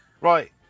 Right